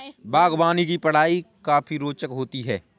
बागवानी की पढ़ाई काफी रोचक होती है